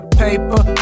paper